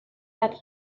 that